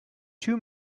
two